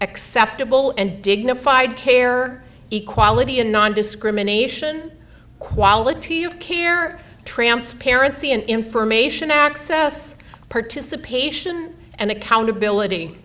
acceptable and dignified care equality and nondiscrimination quality of care transparency and information access participation and accountability